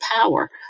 power